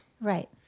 Right